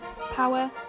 power